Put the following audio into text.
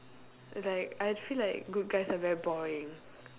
it's like I feel like good guys are very boring